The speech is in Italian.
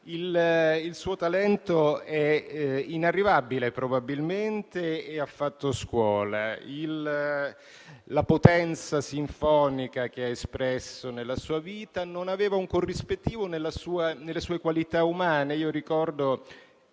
Il suo talento è inarrivabile probabilmente e ha fatto scuola, la potenza sinfonica che ha espresso nella sua vita non aveva un corrispettivo nelle sue qualità umane. Io ricordo,